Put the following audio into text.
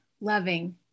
loving